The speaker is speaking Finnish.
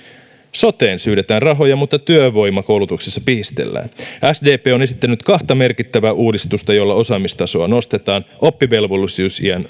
soteen syydetään rahoja mutta työvoimakoulutuksessa pihistellään sdp on esittänyt kahta merkittävää uudistusta joilla osaamistasoa nostetaan on esitetty oppivelvollisuusiän